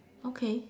okay